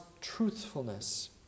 truthfulness